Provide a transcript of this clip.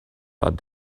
but